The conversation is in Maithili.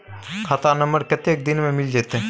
खाता नंबर कत्ते दिन मे मिल जेतै?